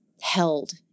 held